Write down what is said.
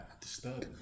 disturbing